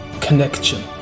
connection